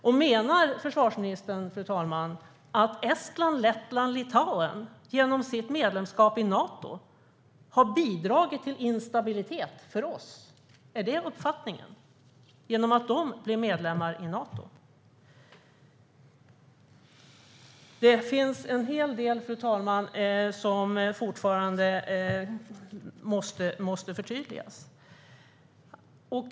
Och menar försvarsministern att Estland, Lettland och Litauen genom sitt medlemskap i Nato har bidragit till instabilitet för oss? Det finns en hel del som fortfarande måste förtydligas.